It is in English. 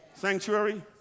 sanctuary